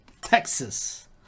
Texas